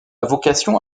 vocation